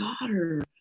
daughter